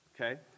Okay